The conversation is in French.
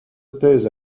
thèse